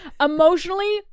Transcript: emotionally